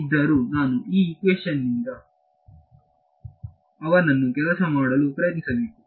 ಇದ್ದರೂ ನಾನು ಈ ಇಕ್ವೇಶನ್ದಿಂದ ಅವನನ್ನು ಕೆಲಸ ಮಾಡಲು ಪ್ರಯತ್ನಿಸಬೇಕು